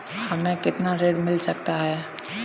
हमें कितना ऋण मिल सकता है?